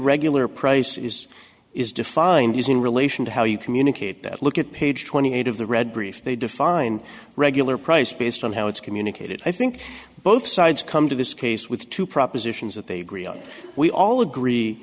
regular price is is defined is in relation to how you communicate that look at page twenty eight of the red brief they define regular price based on how it's communicated i think both sides come to this case with two propositions that they agree on we all agree